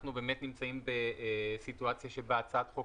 אנחנו באמת נמצאים בסיטואציה שבה הצעת חוק